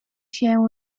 się